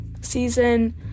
season